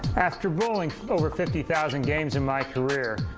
after bowling over fifty thousand games in my career,